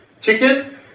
chicken